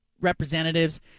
representatives